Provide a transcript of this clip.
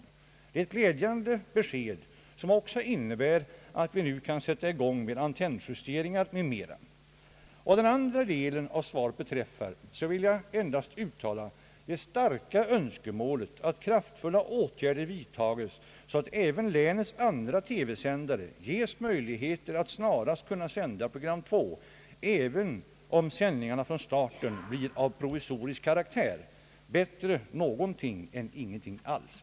Det är ett glädjande besked som också innebär att vi nu kan sätta i gång med antennjusteringar m.m. Vad den andra delen av svaret beträffar vill jag endast uttala det starka önskemålet att kraftfulla åtgärder vidtas, så att även länets andra TV-sändare ges möjligheter att snarast kunna sända program 2, även om sändningarna från starten blir av provisorisk karaktär. Bättre någonting än ingenting alls.